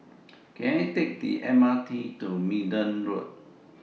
Can I Take The M R T to Minden Road